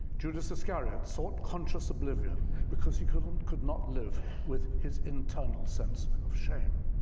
judas iscariot sought conscious oblivion because he could um could not live with his internal sense of shame.